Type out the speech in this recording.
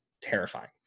terrifying